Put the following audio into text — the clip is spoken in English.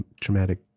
traumatic